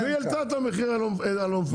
והיא העלתה את המחיר הלא מפוקח.